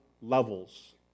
levels